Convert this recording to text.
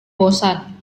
bosan